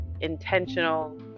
intentional